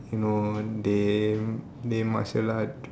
you know they they martial art